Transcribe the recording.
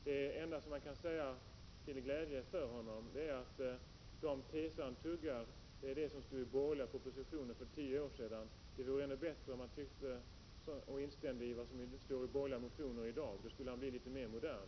Det enda man kan säga till glädje för Kurt Ove Johansson är att de teser han tuggar är det som stod i borgerliga propositioner för tio år sedan. Det vore bättre om han instämde i vad som står i borgerliga motioner i dag — då skulle han bli mera modern.